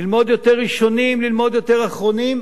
ללמוד יותר ראשונים, ללמוד יותר אחרונים,